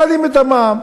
מעלים את המע"מ,